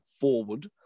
forward